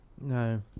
No